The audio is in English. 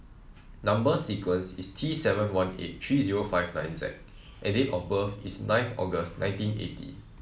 number sequence is T seven one eight three zero five nine Z and date of birth is ninth August nineteen eighty